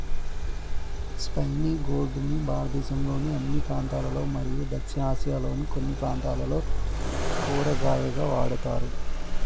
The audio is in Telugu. స్పైనీ గోర్డ్ ని భారతదేశంలోని అన్ని ప్రాంతాలలో మరియు దక్షిణ ఆసియాలోని కొన్ని ప్రాంతాలలో కూరగాయగా వాడుతారు